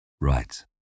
Right